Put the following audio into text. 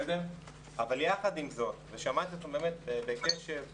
אבל עם זאת ושמעתי אותך בקשב,